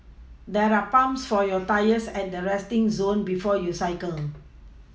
there are pumps for your tyres at the resting zone before you cycle